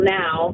now